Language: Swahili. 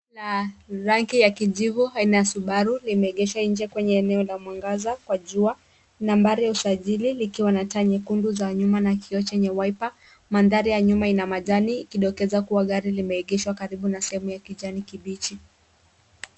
La rangi ya kijivu aina ya Subaru limeegeshwa nje kwenye eneo la mwangaza kwa jua, nambari ya usajili likiwa na taa nyekundu za nyuma na kio chenye Wiper . Mandhari ya nyuma ina majani ikidokeza kua gari limeegeshwa karibu na sehemu ya kijani kibichi.